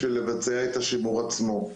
בשביל לבצע את השימור עצמו.